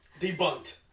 Debunked